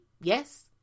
Yes